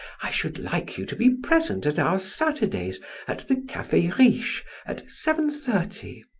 i should like you to be present at our saturdays at the cafe riche at seven-thirty.